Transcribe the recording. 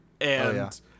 and-